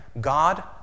God